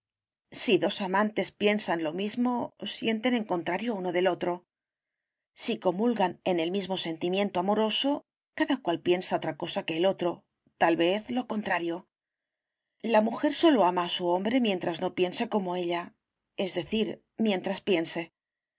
si dos amantes piensan lo mismo sienten en contrario uno del otro si comulgan en el mismo sentimiento amoroso cada cual piensa otra cosa que el otro tal vez lo contrario la mujer sólo ama a su hombre mientras no piense como ella es decir mientras piense